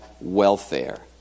welfare